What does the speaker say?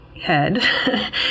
head